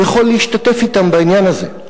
אני יכול להשתתף אתם בעניין הזה.